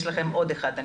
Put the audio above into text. יש עוד אחת,